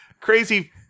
crazy